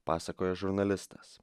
pasakoja žurnalistas